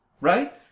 Right